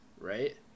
right